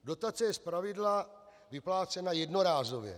Dotace je zpravidla vyplácena jednorázově.